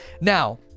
Now